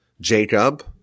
Jacob